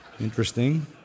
interesting